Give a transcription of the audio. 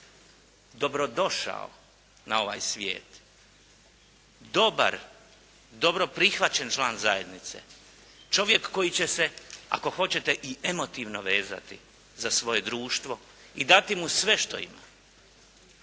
Dobrodošao na ovaj svijet, dobar, dobro prihvaćen član zajednice, čovjek koji će se ako hoćete i emotivno vezati za svoje društvo i dati mu sve što ima,